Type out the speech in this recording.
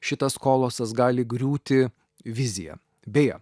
šitas kolosas gali griūti viziją beje